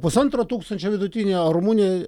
pusantro tūkstančio vidutinio rumunijoj